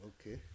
Okay